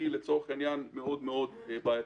היא מאוד מאוד בעייתית.